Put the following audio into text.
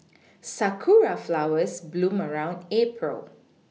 sakura flowers bloom around April